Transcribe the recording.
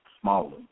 smaller